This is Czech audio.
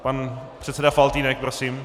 Pan předseda Faltýnek, prosím.